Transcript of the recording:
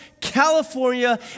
California